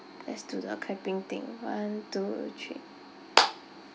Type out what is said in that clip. let's do the clapping thing one two three